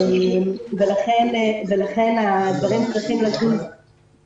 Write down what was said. לכן הדברים צריכים לזוז מהר יותר.